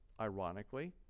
ironically